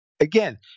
Again